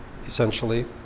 essentially